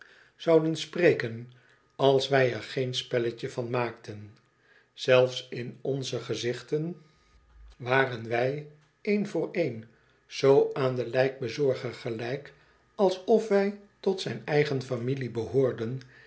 zouden spreken als wij er geen spelletje van maakten zelfs in onze gezichten waren wij een voor een zoo aan den lijkbezorger gelijk alsof wij tot zyn eigen familie behoorden